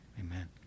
Amen